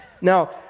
Now